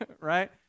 right